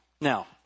Now